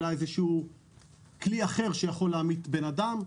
אלא ככלי אחר שיכול להמית בן אדם.